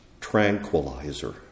tranquilizer